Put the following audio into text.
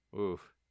oof